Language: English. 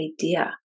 idea